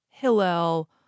Hillel